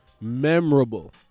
memorable